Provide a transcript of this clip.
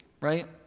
right